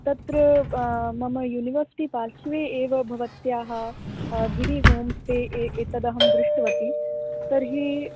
तत्र मम युनिवर्सिटि पार्श्वे एव भवत्याः गिडि होम् स्टे ए एतद् अहं दृष्टवति तर्हि